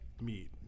meat